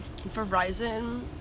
Verizon